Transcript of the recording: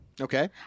Okay